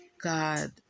God